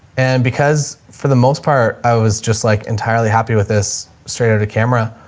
and because for the most part, i was just like entirely happy with this straight into camera.